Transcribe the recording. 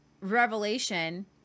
Revelation